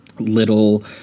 little